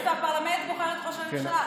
העם בוחר את הפרלמנט והפרלמנט בוחר את ראש הממשלה.